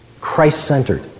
Christ-centered